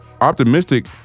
optimistic